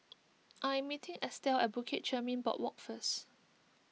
I am meeting Estelle at Bukit Chermin Boardwalk first